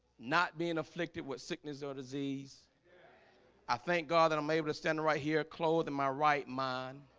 not being afflicted with sickness or disease i thank god that i'm able to standing right here clothing my right mind.